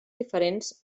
diferents